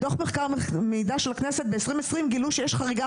מתוך מחקר המידע של הכנסת 2020 גילו שיש חריגה